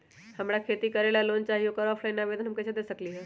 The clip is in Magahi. हमरा खेती करेला लोन चाहि ओकर ऑफलाइन आवेदन हम कईसे दे सकलि ह?